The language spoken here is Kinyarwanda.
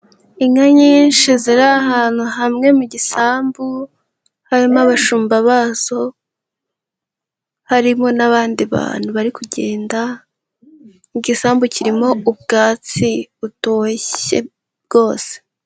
Inka nyinshi ziri ahantu hamwe mu gisambu, harimo abashumba bazo, harimo n'abandi bantu bari kugenda, igisambu kirimo ubwatsi butoshye rwose.